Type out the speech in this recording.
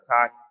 attack